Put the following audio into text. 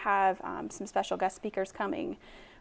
have some special guest speakers coming